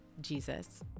Jesus